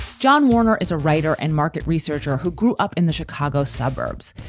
john warner is a writer and market researcher who grew up in the chicago suburbs.